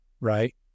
right